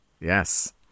Yes